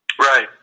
Right